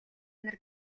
нар